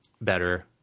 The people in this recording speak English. better